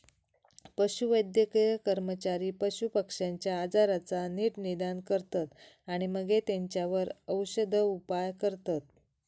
पशुवैद्यकीय कर्मचारी पशुपक्ष्यांच्या आजाराचा नीट निदान करतत आणि मगे तेंच्यावर औषदउपाय करतत